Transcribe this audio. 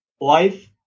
life